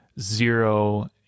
zero